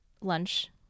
lunch